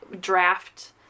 draft